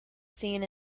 seen